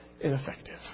ineffective